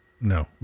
No